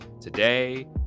Today